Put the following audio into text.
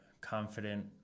confident